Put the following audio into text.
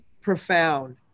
profound